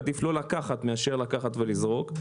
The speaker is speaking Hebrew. עדיף לא לקחת מאשר לקחת ולזרוק.